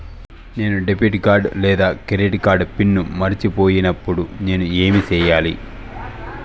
నేను debit card లేదా credit card pin మర్చిపోయినప్పుడు నేను ఏమి సెయ్యాలి?